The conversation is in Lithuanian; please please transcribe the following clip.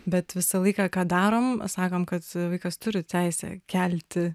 bet visą laiką ką darom sakom kad vaikas turi teisę kelti